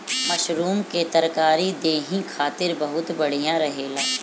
mushroom के तरकारी देहि खातिर बहुते बढ़िया रहेला